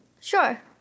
sure